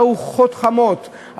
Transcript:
וארוחות חמות,